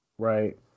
Right